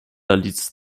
leads